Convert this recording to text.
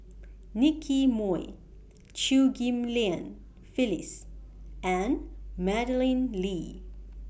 Nicky Moey Chew Ghim Lian Phyllis and Madeleine Lee